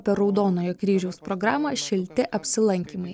per raudonojo kryžiaus programą šilti apsilankymai